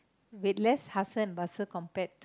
with less hustle and bustle compared